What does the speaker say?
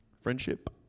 Friendship